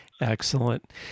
Excellent